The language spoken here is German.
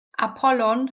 apollon